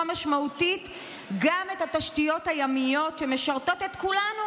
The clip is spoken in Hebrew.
משמעותית גם את התשתיות הימיות שמשרתות את כולנו,